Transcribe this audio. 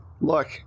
Look